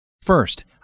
First